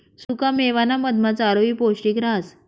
सुखा मेवाना मधमा चारोयी पौष्टिक रहास